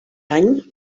any